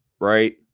right